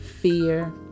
fear